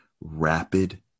Rapid